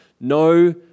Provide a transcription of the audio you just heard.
no